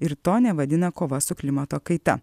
ir to nevadina kova su klimato kaita